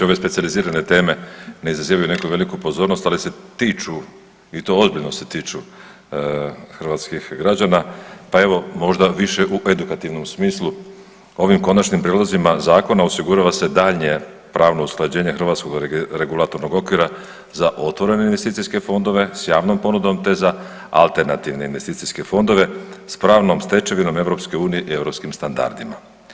Ove specijalizirane teme ne izazivaju neku veliku pozornost, ali se tiču i to ozbiljno se tiču hrvatskih građana, pa evo, možda više u edukativnom smislu, ovim konačnim prijedlozima zakona osigurava se daljnje pravno usklađenje hrvatskog regulatornog okvira za otvorene investicijske fondove, s javnom ponudom te za alternativne investicijske fondove s pravnom stečevinom EU i EU standardima.